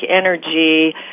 energy